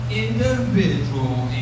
individual